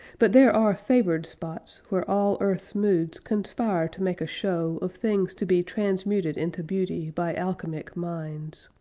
but there are favored spots where all earth's moods conspire to make a show of things to be transmuted into beauty by alchemic minds.